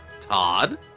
Todd